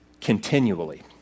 continually